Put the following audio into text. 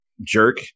jerk